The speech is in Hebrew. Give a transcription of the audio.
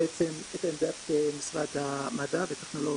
בעצם את עמדת משרד המדע והטכנולוגיה.